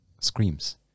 screams